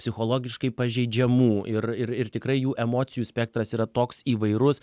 psichologiškai pažeidžiamų ir ir ir tikrai jų emocijų spektras yra toks įvairus